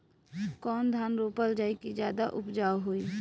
कौन धान रोपल जाई कि ज्यादा उपजाव होई?